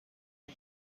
die